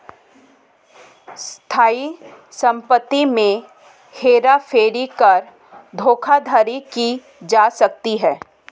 स्थायी संपत्ति में हेर फेर कर धोखाधड़ी की जा सकती है